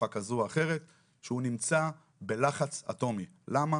בשפה כזו או אחרת, שהוא נמצא בלחץ אטומי, למה?